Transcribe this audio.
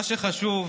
מה שחשוב,